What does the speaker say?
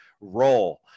role